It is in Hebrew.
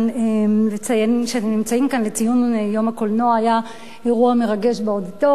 היה אירוע מרגש באודיטוריום,